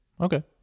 okay